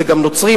זה גם נוצרים,